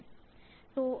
છે અને તે પછી કે